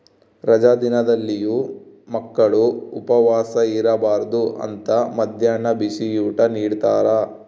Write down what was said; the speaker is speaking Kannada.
ರಜಾ ದಿನದಲ್ಲಿಯೂ ಮಕ್ಕಳು ಉಪವಾಸ ಇರಬಾರ್ದು ಅಂತ ಮದ್ಯಾಹ್ನ ಬಿಸಿಯೂಟ ನಿಡ್ತಾರ